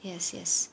yes yes